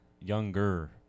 younger